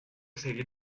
seguir